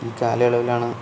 ഈ കാലയളവിലാണ്